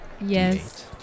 Yes